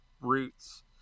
roots